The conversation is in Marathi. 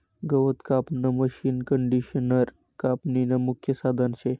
गवत कापानं मशीनकंडिशनर कापनीनं मुख्य साधन शे